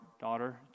daughter